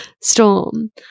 storm